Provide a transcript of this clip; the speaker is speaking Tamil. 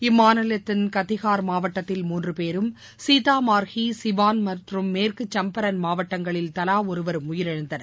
இம்மாநிலத்தின் கத்திஹார் மாவட்டத்தில் மூன்று பேரும் சீதாமார்ஹி சிவாள் மேற்கு சம்பரான் மாவட்டங்களில் தவா ஒருவரும் உயிரிழந்தனர்